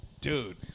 dude